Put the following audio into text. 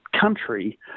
country